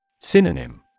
Synonym